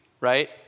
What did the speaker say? right